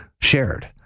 shared